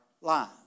lives